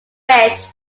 fish